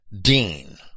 Dean